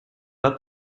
pas